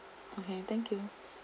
okay thank you